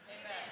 Amen